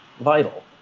vital